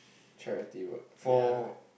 charity work for